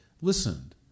listened